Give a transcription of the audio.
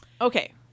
Okay